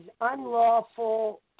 unlawful